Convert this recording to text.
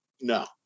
No